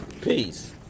Peace